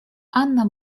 анна